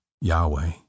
Yahweh